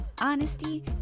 honesty